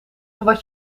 wat